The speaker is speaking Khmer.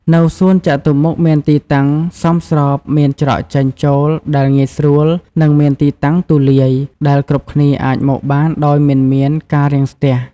នៅសួនចតុមុខមានទីតាំងសមស្របមានច្រកចេញ ចូលដែលងាយស្រួល និងមានទីតាំងទូលាយ ដែលគ្រប់គ្នាអាចមកបានដោយមិនមានការរាំងស្ទះ។